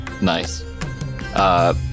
Nice